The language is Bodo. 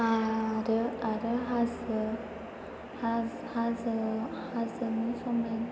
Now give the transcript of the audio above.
आरो हाजो हाजोनि समायना